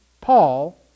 paul